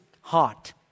heart